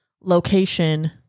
location